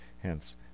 Hence